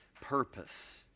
purpose